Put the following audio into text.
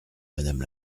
madame